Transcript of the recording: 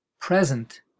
present